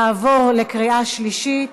נעבור לקריאה שלישית.